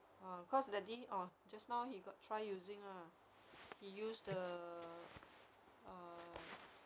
uh cause daddy uh just now he got try using lah he use the err